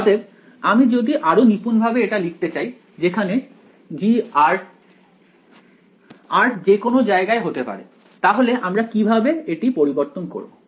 অতএব আমি যদি আরও নিপুণভাবে এটা লিখতে চাই যেখানে G r যে কোনো জায়গায় হতে পারে তাহলে আমরা কিভাবে এটা পরিবর্তন করব